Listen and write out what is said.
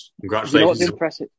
Congratulations